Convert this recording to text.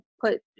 put